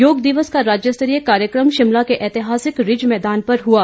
योग दिवस का राज्य स्तरीय कार्यक्रम शिमला के ऐतिहासिक रिज मैदान पर हुआ